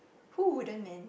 who wouldn't man